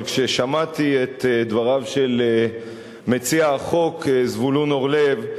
אבל כששמעתי את דבריו של מציע החוק זבולון אורלב,